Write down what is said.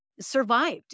survived